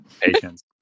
Patience